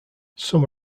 some